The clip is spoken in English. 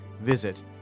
Visit